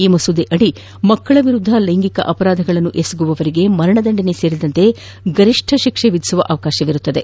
ಈ ಮಸೂದೆಯಡಿ ಮಕ್ಕಳ ವಿರುದ್ದ ಲೈಂಗಿಕ ಅಪರಾಧಗಳನ್ನು ಎಸಗುವವರಿಗೆ ಮರಣದಂಡನೆ ಸೇರಿದಂತೆ ಗರಿಷ್ಠ ಶಿಕ್ಷೆ ವಿಧಿಸುವ ಅವಕಾಶವಿದೆ